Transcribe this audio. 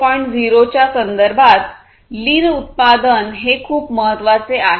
0 च्या संदर्भात लीन उत्पादन हे खूप महत्वाचे आहे